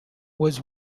was